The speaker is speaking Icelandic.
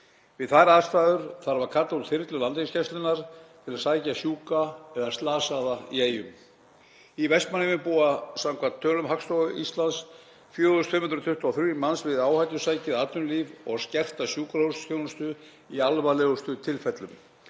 Við þær aðstæður þarf að kalla út þyrlu Landhelgisgæslunnar til að sækja sjúka eða slasaða til Eyja. Í Vestmannaeyjum búa samkvæmt tölum Hagstofu Íslands 4.523 manns við áhættusækið atvinnulíf og skerta sjúkrahúsþjónustu í alvarlegustu tilfellum.